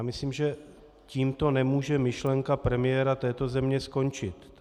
Myslím, že tímto nemůže myšlenka premiéra této země skončit.